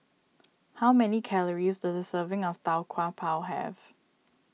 how many calories does a serving of Tau Kwa Pau have